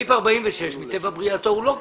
סעיף 46 מטבע בריאתו הוא לא כזה.